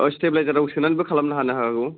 औ स्टेब्लाइजाराव सोनानैबो खालामनो हानो हागौ